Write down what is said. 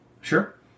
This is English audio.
Sure